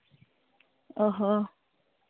ᱚ ᱦᱚᱸ